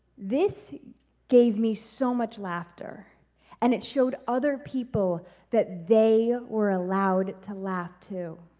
this gave me so much laughter and it showed other people that they were allowed to laugh to.